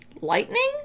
lightning